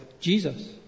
jesus